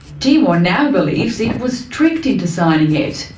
timor now believes it was tricked into signing it,